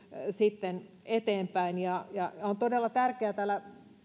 sitten eteenpäin on todella tärkeätä mistä täällä